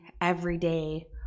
everyday